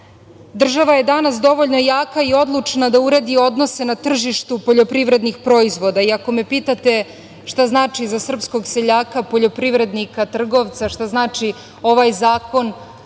je danas dovoljno jaka i odlučna da uredi odnose na tržištu poljoprivrednih proizvoda. I ako me pitate šta znači za srpskog seljaka, poljoprivrednika, trgovca šta znači ovaj zakon,